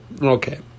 Okay